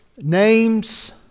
names